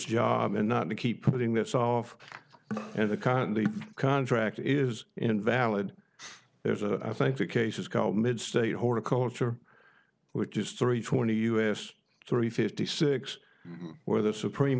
job and not to keep putting this off and the kind the contract is invalid there's a i think the case is called mid state horticulture which is three twenty us three fifty six where the supreme